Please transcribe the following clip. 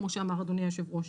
כמו שאמר אדוני היושב-ראש.